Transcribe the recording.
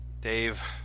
Dave